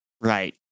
Right